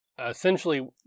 Essentially